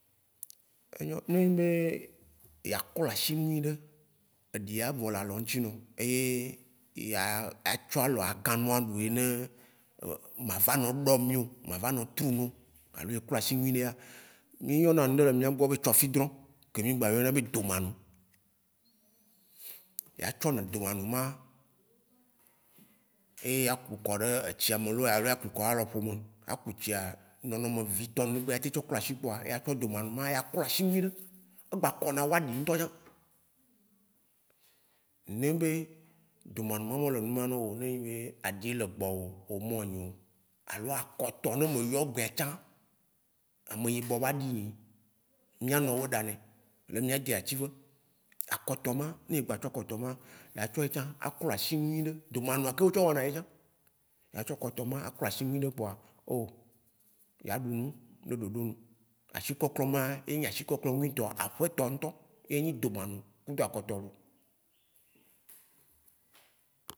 Enyo, ne nyi be ya klɔ ashi nyuiɖe eɖi ya vɔ le alɔ ŋtsio e a tsɔ alɔa ka nua ɖui ne ma va nɔ gbɔ mío, ma va nɔ tro nu alo eklɔ ashi nyuiɖea, mí yɔna eŋɖe le mía gbɔ be tsɔfindrɔ ke mí gbã yɔnɛ be domanu, ya tsɔ nu dumanu ma e ya ku kɔɖe etsiame lo ya ku kɔɖe alɔ ko me, a ku tsia nenome vitɔme be ya te tsɔ klɔ ashi kpoa ya te tsɔ demanu ma ya tsɔ klɔ ashi nyuiɖe, egba kɔ na wu aɖi ŋtɔ tsã. Ne be demanu ma me le numa ne enyi be aɖi le gbɔo, omo nyeo alo akɔtɔ ne me yɔ gbe a tsã, eme yi gba ɖi mía nɔ wo ɖa nɛ le mía dzi ve. Akɔtɔ ma, ne etsɔ akɔtɔ ma ya tsɔe tsã aklɔ ashi nyuiɖe, domanu o tsɔ wɔna etsã. Ya tsɔ akɔtɔ ma a klɔ ashi nyuiɖe kpoa o ya ɖu nu ne ɖoɖo nu. Ashi klɔklɔ ma enyi ashiklɔhlɔ wuitɔa aʋe tɔ ŋtɔ enyi domanu kudo akɔtɔ lo.